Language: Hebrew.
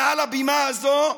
מעל הבימה הזו,